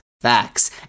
Facts